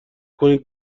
کنین